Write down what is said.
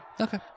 Okay